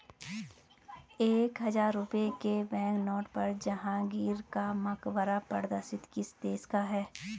एक हजार रुपये के बैंकनोट पर जहांगीर का मकबरा प्रदर्शित किस देश का है?